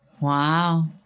wow